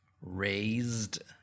Raised